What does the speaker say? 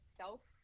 self